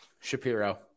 Shapiro